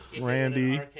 Randy